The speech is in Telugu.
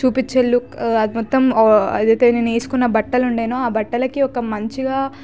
చూపించే లుక్ అదిమొత్తం ఏదైతే నేను వేసుకున్న బట్టలు ఉండెను ఆ బట్టలకి ఒక మంచిగా